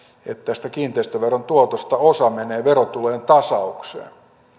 että tästä kiinteistöveron tuotosta osa menee verotulojen tasaukseen